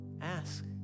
ask